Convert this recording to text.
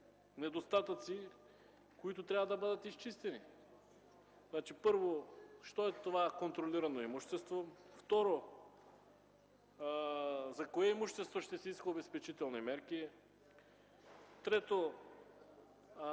недостатъци, които трябва да бъдат изчистени. Първо, що е това „контролирано имущество”? Второ, за кое имущество ще се искат обезпечителни мерки? Трето,